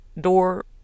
door